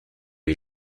est